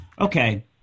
okay